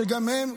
כדי שגם הם,